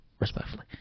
Respectfully